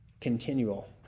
continual